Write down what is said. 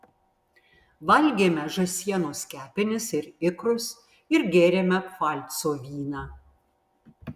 valgėme žąsienos kepenis ir ikrus ir gėrėme pfalco vyną